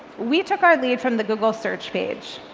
we took our lead from the google search page.